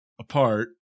apart